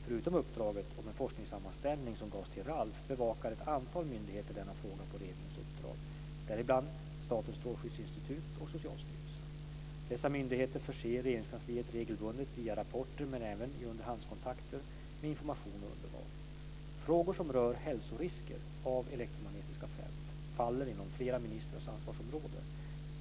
Förutom uppdraget om en forskningssammanställning som gavs till RALF bevakar ett antal myndigheter denna fråga på regeringens uppdrag, däribland Statens strålskyddsinstitut och Socialstyrelsen. Dessa myndigheter förser Regeringskansliet regelbundet, via rapporter men även i underhandskontakter, med information och underlag. Frågor som rör hälsorisker av elektromagnetiska fält faller inom flera ministrars ansvarsområde.